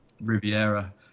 Riviera